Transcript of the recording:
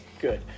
good